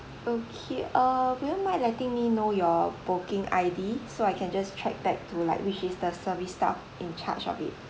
okay uh will you mind letting me know your booking I_D so I can just check back to like which is the service staff in charge of it